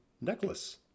necklace